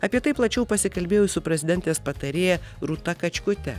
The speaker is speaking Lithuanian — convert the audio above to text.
apie tai plačiau pasikalbėjau su prezidentės patarėja rūta kačkute